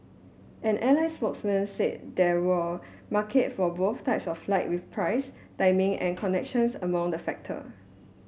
an airline spokesman said there were market for both types of flight with price timing and connections among the factor